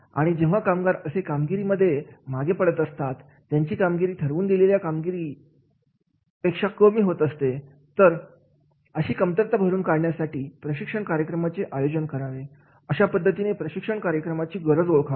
आणि जेव्हा कामगार असे कामगिरीमध्ये मागे पडत असतात त्यांची कामगिरी ठरवून दिलेल्या कामगिरीपेक्षा कमी होत असते तर अशी कमतरता भरून काढण्यासाठी प्रशिक्षण कार्यक्रमाचे आयोजन करावे अशा पद्धतीने प्रशिक्षण कार्यक्रमाची गरज ओळखावी